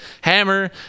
hammer